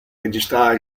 registrare